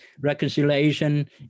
reconciliation